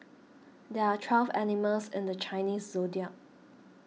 there are twelve animals in the Chinese zodiac